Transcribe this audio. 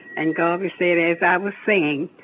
and garvey said, as i was saying,